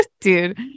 dude